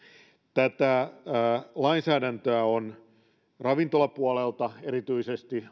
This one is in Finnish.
tätä lainsäädäntöä on ravintolapuolelta erityisesti